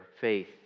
faith